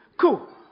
Cool